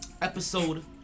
episode